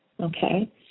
Okay